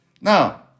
Now